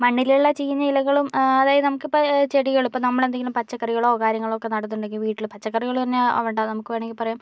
മണ്ണിലുള്ള ചീഞ്ഞ ഇലകളും അതായത് നമുക്കിപ്പോൾ ചെടികൾ ഇപ്പോൾ നമ്മളെന്തെങ്കിലും പച്ചക്കറികളോ കാര്യങ്ങളോ ഒക്കെ നടുന്നുണ്ടെങ്കിൽ വീട്ടിൽ പച്ചക്കറികൾ തന്നെ ആവണ്ട നമുക്ക് വേണമെങ്കിൽ പറയാം